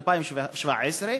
2017,